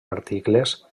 articles